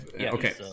Okay